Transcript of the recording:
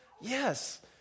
yes